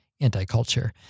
anti-culture